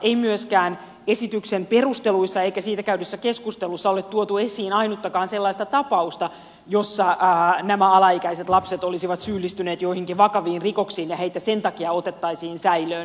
ei myöskään esityksen perusteluissa eikä siitä käydyssä keskustelussa ole tuotu esiin ainuttakaan sellaista tapausta jossa nämä alaikäiset lapset olisivat syyllistyneet joihinkin vakaviin rikoksiin ja heitä sen takia otettaisiin säilöön